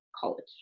college